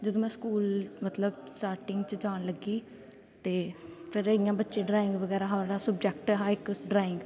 जदूं में स्कूल मतलब स्टार्टिंग च जान लग्गी ते फिर इ'यां बच्चे ड्राईंग बगैरा साढ़ा सब्जैक्ट हा इक ड्राईंग